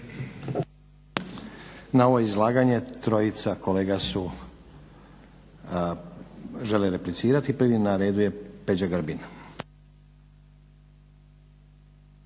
Na ovo izlaganje trojica kolega su, žele replicirati. Prvi na redu je Peđa Grbin.